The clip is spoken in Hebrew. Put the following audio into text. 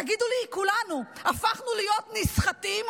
תגידו לי, כולנו הפכנו להיות נסחטים?